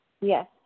Yes